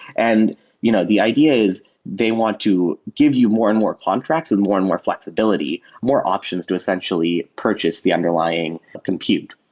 and you know the idea is they want to give you more and more contracts and more and more flexibility, more options to essentially purchase the underlying compute.